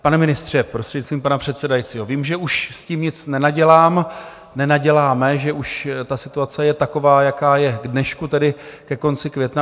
Pane ministře, prostřednictvím pana předsedajícího, vím, že už s tím nic nenadělám, nenaděláme, že už ta situace je taková, jaká je k dnešku, tedy ke konci května.